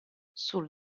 sul